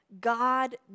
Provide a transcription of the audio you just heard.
God